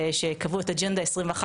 כשקבעו את אג'נדה 21,